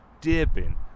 dipping